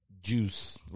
juice